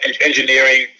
Engineering